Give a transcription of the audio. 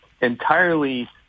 entirely